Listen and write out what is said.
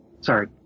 Sorry